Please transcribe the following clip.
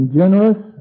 generous